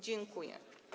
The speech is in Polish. Dziękuję.